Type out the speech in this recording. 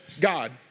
God